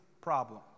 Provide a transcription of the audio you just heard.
problem